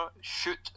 shoot